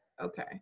Okay